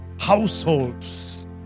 households